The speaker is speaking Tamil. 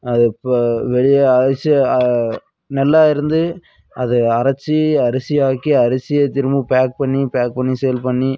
இப்போ வெளியே அரிசி நல்லா இருந்து அதை அரைத்து அரிசி ஆக்கி அரிசியை திரும்ப பேக் பண்ணி பேக் பண்ணி சேல் பண்ணி